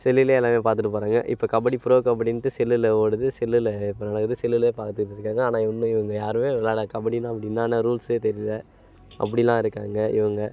செல்லுலே எல்லாமே பார்த்துட்டு போகிறாங்க இப்போ கபடி ப்ரோ கபடின்ட்டு செல்லில் ஓடுது செல்லில் இப்போ நடக்குது செல்லுலே பார்த்துக்கிட்டு இருக்காங்க ஆனால் இன்னும் இவங்க யாருமே விளாட கபடினா அப்படி என்னான்னா ரூல்ஸே தெரியலை அப்படிலாம் இருக்காங்க இவங்க